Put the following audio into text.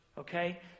Okay